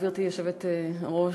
גברתי היושבת-ראש,